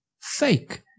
fake